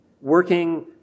working